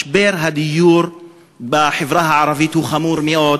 משבר הדיור בחברה הערבית הוא חמור מאוד.